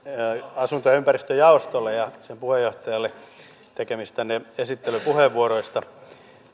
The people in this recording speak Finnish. asunto ja ympäristöjaostolle ja sen puheenjohtajalle pitämistänne esittelypuheenvuoroista